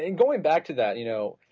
and going back to that, you know,